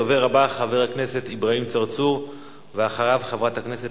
הדובר הבא, חבר הכנסת